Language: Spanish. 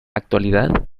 actualidad